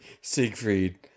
Siegfried